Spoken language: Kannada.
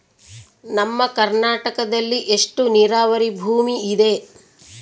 ನಮ್ಮ ಕರ್ನಾಟಕದಲ್ಲಿ ಎಷ್ಟು ನೇರಾವರಿ ಭೂಮಿ ಇದೆ?